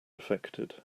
affected